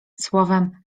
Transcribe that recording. słowem